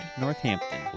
Northampton